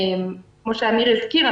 כפי שאמיר הלוי הזכיר,